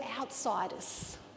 outsiders